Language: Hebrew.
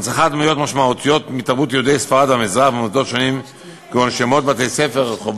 הנצחת דמויות משמעותיות מתרבות יהודי ספרד והמזרח על-ידי קריאת רחובות